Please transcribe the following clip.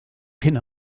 pin